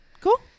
Cool